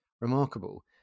remarkable